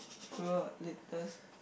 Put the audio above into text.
sure latest